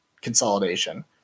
consolidation